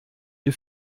wir